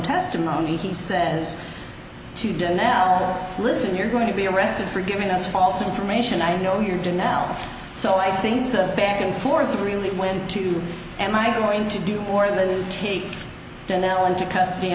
testimony he says to deny listen you're going to be arrested for giving us false information i know you're doing now so i think the back and forth really went to am i going to do more than take into c